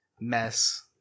mess